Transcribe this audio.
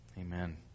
Amen